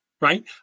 right